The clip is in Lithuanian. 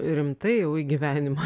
rimtai jau į gyvenimą